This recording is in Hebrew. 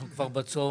אנחנו כבר בצוהריים.